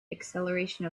acceleration